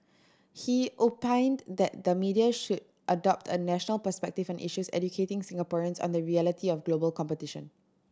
he opined that the media should adopt a national perspective on issues educating Singaporeans on the reality of global competition